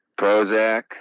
Prozac